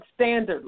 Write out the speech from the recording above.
standardly